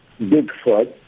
Bigfoot